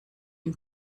ihn